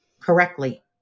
correctly